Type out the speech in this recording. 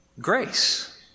grace